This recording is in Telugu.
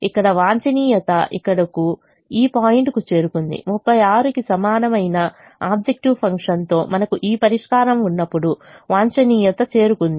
ఇక్కడ వాంఛనీయత ఇక్కడకు ఈ పాయింట్ కు చేరుకుంది 36 కి సమానమైన ఆబ్జెక్టివ్ ఫంక్షన్తో మనకు ఈ పరిష్కారం ఉన్నప్పుడు వాంఛనీయత చేరుకుంది